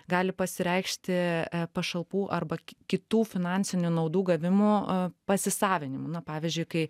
gali pasireikšti pašalpų arba kitų finansinių naudų gavimo pasisavinimu na pavyzdžiui kai